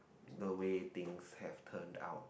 the way things have turned out